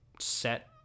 set